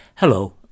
Hello